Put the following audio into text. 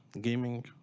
gaming